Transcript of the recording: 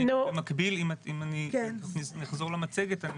נחזור למצגת,